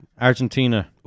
Argentina